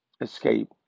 escape